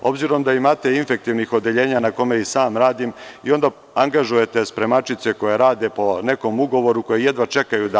Obzirom da imate infektivnih odeljenja, na kome i sam radim, angažujete spremačice koje rade po nekom ugovoru, koje jedva čekaju da…